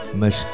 mas